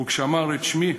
וכשאמר את שמו,